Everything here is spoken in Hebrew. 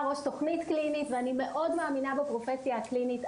ראש תוכנית קלינית ואני מאוד מאמינה בפרופסיה הקלינית,